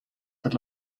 per